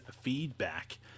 feedback